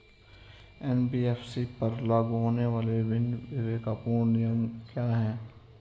NBFC पर लागू होने वाले विभिन्न विवेकपूर्ण नियम क्या हैं?